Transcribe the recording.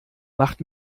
macht